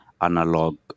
analog